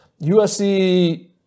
USC